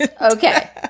Okay